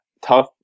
tough